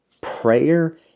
Prayer